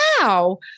wow